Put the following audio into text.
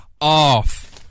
Off